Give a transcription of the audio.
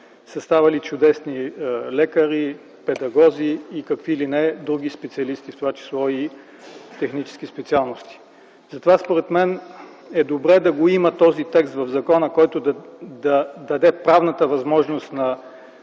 са ставали чудесни лекари, педагози и какви ли не други специалисти, в това число и в технически специалности. Затова, според мен, е добре в закона да го има този текст, който да даде правната възможност на